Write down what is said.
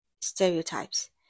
stereotypes